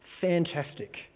fantastic